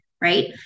Right